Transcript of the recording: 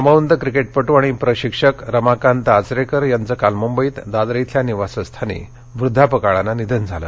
निधन नामवंत क्रिकेटपट्ट आणि प्रशिक्षक रमाकांत आचरेकर यांचं काल मुंबईत दादर येथील निवासस्थानी वृद्वापकाळानं निधन झालं